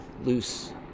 loose